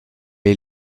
est